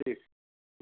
ठीक